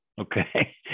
okay